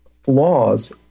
flaws